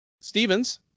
Stevens